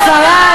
ספרד,